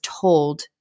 told